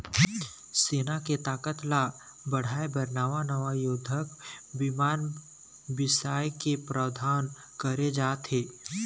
सेना के ताकत ल बढ़ाय बर नवा नवा युद्धक बिमान बिसाए के प्रावधान करे जाथे